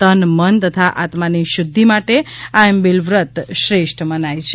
તનમન તથા આત્માની શુધ્ધિ માટે આયંબિલ વ્રત શ્રેષ્ઠ મનાય છે